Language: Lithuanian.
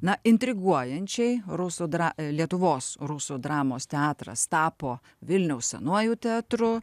na intriguojančiai rusų dra lietuvos rusų dramos teatras tapo vilniaus senuoju teatru